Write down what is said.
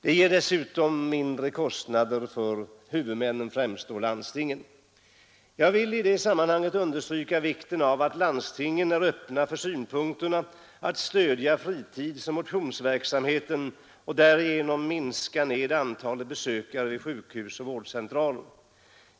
Det ger dessutom mindre kostnader för huvudmännen, främst då landstingen. Jag vill i det sammanhanget understryka vikten av att landstingen är öppna för att stödja fritidsoch motionsverksamheten och därigenom minska ned antalet besökare vid sjukhus och vårdcentraler.